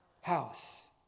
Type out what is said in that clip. house